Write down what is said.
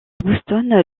boston